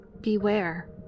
Beware